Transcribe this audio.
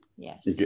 Yes